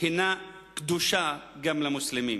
היא קדושה גם למוסלמים.